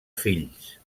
fills